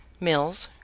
mills,